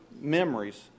memories